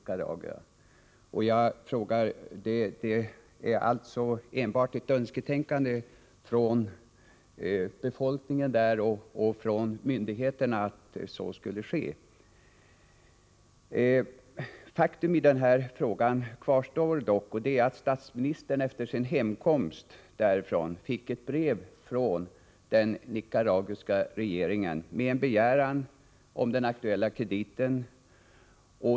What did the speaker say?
Jag vill fråga: Är det enbart ett önsketänkande hos befolkningen där och hos myndigheterna att så skulle ske? Faktum i den här frågan kvarstår dock, nämligen att statsministern efter sin hemkomst fick ett brev från den nicaraguanska regeringen med begäran om den aktuella krediten.